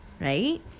Right